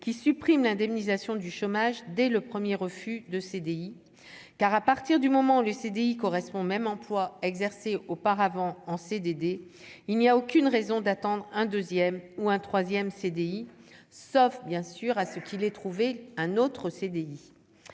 qui supprime l'indemnisation du chômage dès le 1er refus de CDI car à partir du moment où le CDI correspond même emploi exercé auparavant en CDD, il n'y a aucune raison d'attendre un 2ème ou un 3ème CDI, sauf bien sûr à ce qu'il ait trouvé un autre CDI